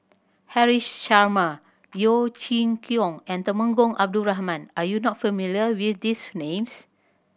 Haresh Sharma Yeo Chee Kiong and Temenggong Abdul Rahman are you not familiar with these names